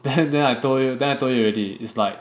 then then I told you then I told you already it's like